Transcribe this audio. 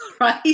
right